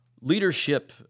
leadership